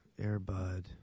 Airbud